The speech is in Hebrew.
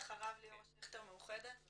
אחריו ליאור שכטר ממאוחדת.